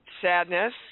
sadness